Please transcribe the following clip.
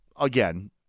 again